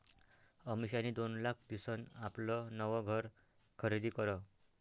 अमिषानी दोन लाख दिसन आपलं नवं घर खरीदी करं